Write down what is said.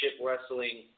Wrestling